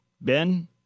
ben